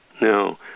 No